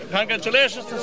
Congratulations